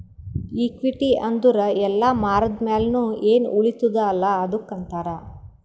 equity ಅಂದುರ್ ಎಲ್ಲಾ ಮಾರ್ದ ಮ್ಯಾಲ್ನು ಎನ್ ಉಳಿತ್ತುದ ಅಲ್ಲಾ ಅದ್ದುಕ್ ಅಂತಾರ್